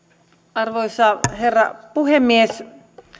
arvoisa herra puhemies